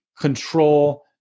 control